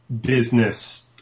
business